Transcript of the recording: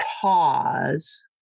pause